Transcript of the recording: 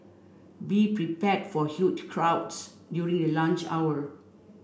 be prepared for huge crowds during the lunch hour